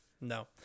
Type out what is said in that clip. No